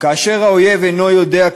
ומה אל מול ה"חיזבאללה"